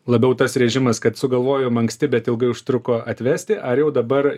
labiau tas režimas kad sugalvojom anksti bet ilgai užtruko atvesti ar jau dabar